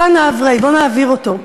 תא ונעבריה, בוא נעביר אותו.